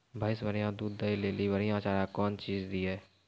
भैंस बढ़िया दूध दऽ ले ली बढ़िया चार कौन चीज दिए?